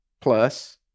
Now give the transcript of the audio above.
plus